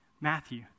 Matthew